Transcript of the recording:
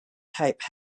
type